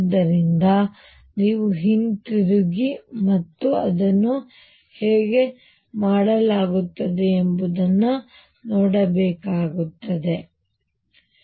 ಆದ್ದರಿಂದ ನೀವು ಹಿಂತಿರುಗಿ ಮತ್ತು ಅದನ್ನು ಹೇಗೆ ಮಾಡಲಾಗುತ್ತದೆ ಎಂದು ನೋಡಬೇಕಾಗಬಹುದು